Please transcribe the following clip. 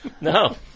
No